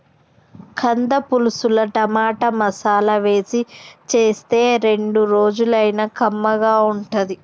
కంద పులుసుల టమాటా, మసాలా వేసి చేస్తే రెండు రోజులైనా కమ్మగా ఉంటది